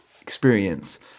experience